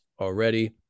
already